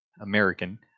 American